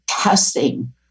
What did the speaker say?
testing